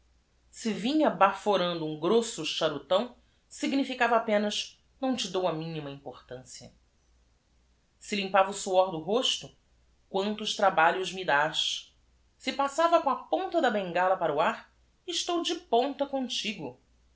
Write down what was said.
a baforando um grosso cha rutão significava apenas não te dou a m i n i m a importância e m pava o suor do rosto quantos tra balhos me dás e passava com a ponta da bengala para o ar es tou de ponta comtigo